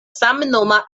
samnoma